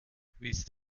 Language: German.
wisst